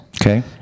Okay